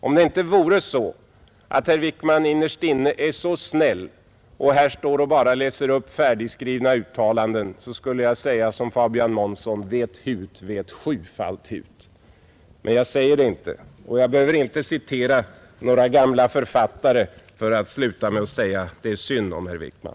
Om det inte vore så att herr Wickman innerst inne är så snäll och här står och bara läser upp färdigskrivna uttalanden skulle jag säga som Fabian Månsson: ”Vet hut, vet sjufalt hut!” Men jag säger det inte och jag behöver inte citera några gamla författare för att sluta med att säga: Det är synd om herr Wickman!